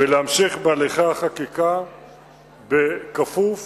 ולהמשיך בהליכי החקיקה בכפוף